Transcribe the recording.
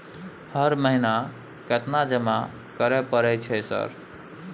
हर महीना केतना जमा करे परय छै सर?